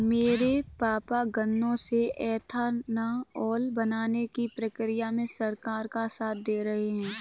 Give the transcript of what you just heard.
मेरे पापा गन्नों से एथानाओल बनाने की प्रक्रिया में सरकार का साथ दे रहे हैं